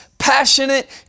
Passionate